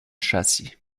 châssis